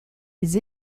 les